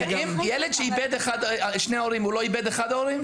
ילד שאיבד שני הורים, הוא לא איבד אחד ההורים?